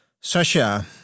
Sasha